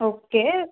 okay